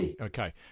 Okay